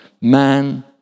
Man